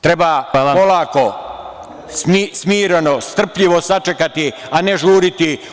Treba olako, smireno, strpljivo sačekati, a ne žuriti.